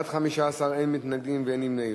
בעד, 15, אין מתנגדים ואין נמנעים.